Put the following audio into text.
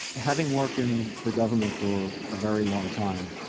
having worked in the government for a very long time,